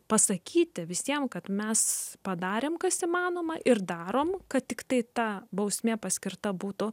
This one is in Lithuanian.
pasakyti visiem kad mes padarėm kas įmanoma ir darom kad tiktai ta bausmė paskirta būtų